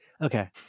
okay